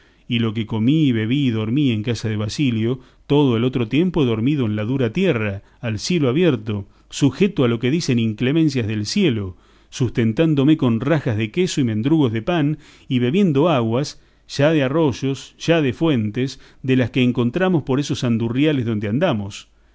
y lo que comí y bebí y dormí en casa de basilio todo el otro tiempo he dormido en la dura tierra al cielo abierto sujeto a lo que dicen inclemencias del cielo sustentándome con rajas de queso y mendrugos de pan y bebiendo aguas ya de arroyos ya de fuentes de las que encontramos por esos andurriales donde andamos